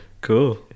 cool